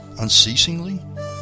unceasingly